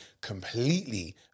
completely